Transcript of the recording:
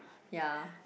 ya